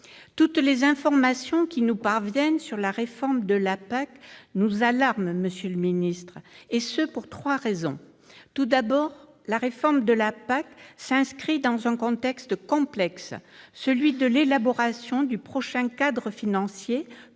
toutes les informations qui nous parviennent sur la réforme de la PAC nous alarment, pour trois raisons. D'abord, la réforme de la PAC s'inscrit dans un contexte complexe : celui de l'élaboration du prochain cadre financier